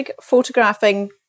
photographing